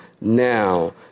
Now